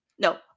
No